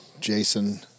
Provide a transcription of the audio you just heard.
Jason